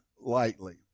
lightly